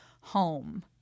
home